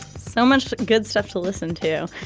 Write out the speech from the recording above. so much good stuff to listen to.